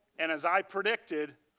and as i predicted,